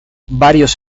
varios